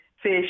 fish